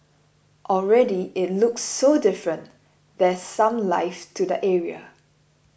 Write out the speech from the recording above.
already it looks so different there's some life to the area